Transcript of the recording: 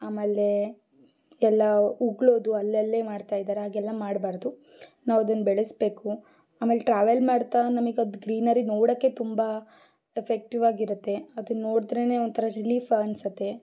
ಆಮೇಲೆ ಎಲ್ಲ ಉಗುಳೋದು ಅಲ್ಲಲ್ಲೇ ಮಾಡ್ತಾ ಇದ್ದಾರೆ ಹಾಗೆಲ್ಲ ಮಾಡಬಾರ್ದು ನಾವದನ್ನು ಬೆಳೆಸಬೇಕು ಆಮೇಲೆ ಟ್ರಾವೆಲ್ ಮಾಡ್ತಾ ನಮಗದು ಗ್ರೀನರಿ ನೋಡೋಕ್ಕೆ ತುಂಬ ಎಫೆಕ್ಟಿವ್ ಆಗಿರತ್ತೆ ಅದನ್ನು ನೋಡ್ದ್ರೇನೇ ಒಂಥರ ರಿಲೀಫ್ ಅನಿಸತ್ತೆ